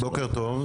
בוקר טוב.